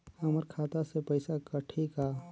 हमर खाता से पइसा कठी का?